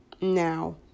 now